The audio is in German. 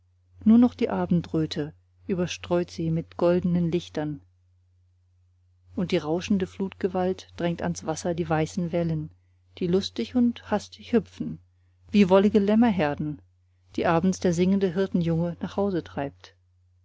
nur noch die abendröte überstreut sie mit goldnen lichtern und die rauschende flutgewalt drängt ans ufer die weißen wellen die lustig und hastig hüpfen wie wollige lämmerherden die abends der singende hirtenjunge nach hause treibt